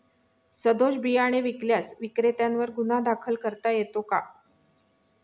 सदोष बियाणे विकल्यास विक्रेत्यांवर गुन्हा दाखल करता येतो का?